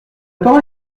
parole